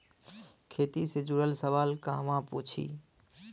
खेती से जुड़ल सवाल कहवा पूछी?